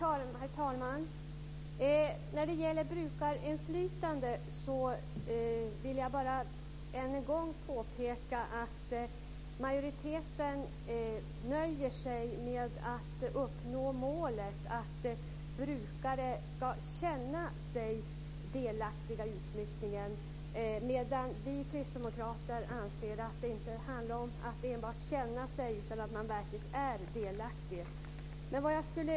Herr talman! När det gäller brukarinflytande vill jag än en gång påpeka att majoriteten nöjer sig med att uppnå målet att brukare ska känna sig delaktiga i utsmyckningen, medan vi kristdemokrater anser att det inte handlar om att enbart känna sig delaktig utan att man verkligen ska vara delaktig.